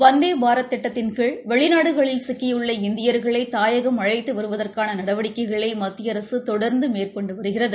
வந்தே பாரத் திட்டத்தின் கீழ் வெளிநாடுகளில் சிக்கியுள்ள இந்தியர்களை தாயகம் அழைத்து வருவதற்கான நடவடிக்கைகளை மத்திய அரசு தொடர்ந்து மேற்கொண்டு வருகிறது